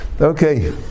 Okay